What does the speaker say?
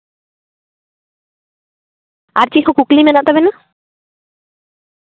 ᱟᱨ ᱪᱮᱫ ᱠᱚ ᱠᱩᱠᱞᱤ ᱢᱮᱱᱟᱜ ᱛᱟᱵᱮᱱᱟ